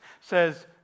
says